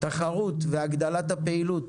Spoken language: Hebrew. תחרות והגדלת הפעילות